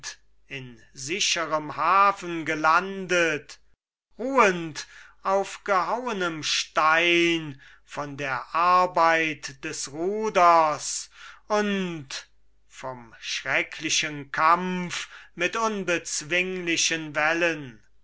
in sicherem hafen gelandet ruhend auf gehauenem stein von der arbeit des ruders und vom schrecklichen kampf mit unbezwinglichen wellen